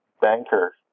banker